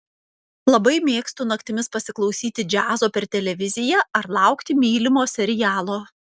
labai mėgstu naktimis pasiklausyti džiazo per televiziją ar laukti mylimo serialo